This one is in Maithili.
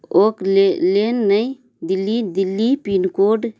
ओकलेन नई दिल्ली दिल्ली पिनकोड